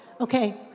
Okay